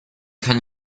kann